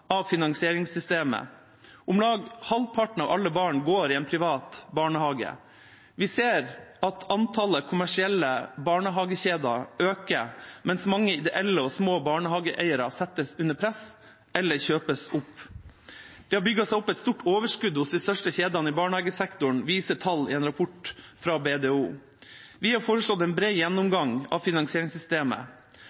finansieringssystemet. Om lag halvparten av alle barn går i en privat barnehage. Vi ser at antallet kommersielle barnehagekjeder øker, mens mange ideelle og små barnehageeiere settes under press, eller kjøpes opp. Det har bygd seg opp et stort overskudd hos de største kjedene i barnehagesektoren, viser tall i en rapport fra BDO. Vi har foreslått en bred